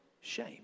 shame